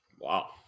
Wow